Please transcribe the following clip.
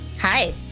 Hi